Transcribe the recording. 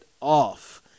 off